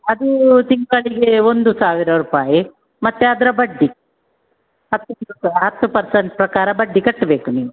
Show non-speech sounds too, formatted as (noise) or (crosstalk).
ಅದು ತಿಂಗಳಿಗೆ ಒಂದು ಸಾವಿರ ರೂಪಾಯಿ ಮತ್ತೆ ಅದರ ಬಡ್ಡಿ ಹತ್ತು (unintelligible) ಹತ್ತು ಪರ್ಸೆಂಟ್ ಪ್ರಕಾರ ಬಡ್ಡಿ ಕಟ್ಬೇಕು ನೀವು